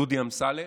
דודי אמסלם,